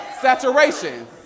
Saturation